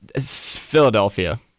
Philadelphia